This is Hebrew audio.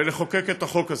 ולחוקק את החוק הזה.